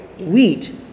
wheat